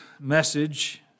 message